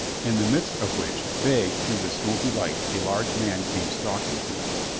in the midst of which, vague through the smoky light, a large man came stalk ing to them.